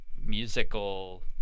musical